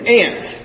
ant